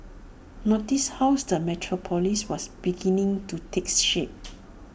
notice how is the metropolis was beginning to takes shape